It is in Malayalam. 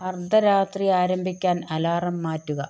അർദ്ധരാത്രി ആരംഭിക്കാൻ അലാറം മാറ്റുക